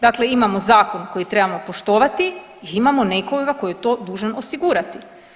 Dakle, imamo zakon koji trebamo poštovati i imamo nekoga tko je to dužan osigurati.